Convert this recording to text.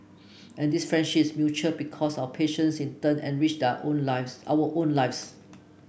and this friendship is mutual because our patients in turn enrich that own lives our own lives